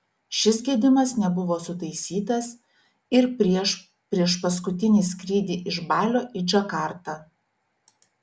šis gedimas nebuvo sutaisytas ir prieš priešpaskutinį skrydį iš balio į džakartą